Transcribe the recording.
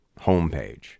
homepage